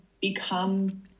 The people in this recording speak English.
become